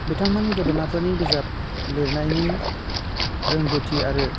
बिथांमोन गेदेमाफोरनि बिजाब लिरनायनि रोंगौथि आरो